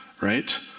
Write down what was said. Right